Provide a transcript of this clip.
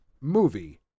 movie